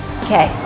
okay